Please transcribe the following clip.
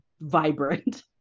vibrant